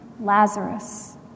Lazarus